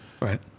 right